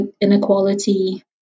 inequality